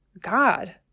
God